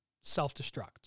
self-destruct